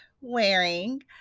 wearing